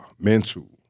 mental